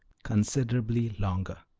considerably longer.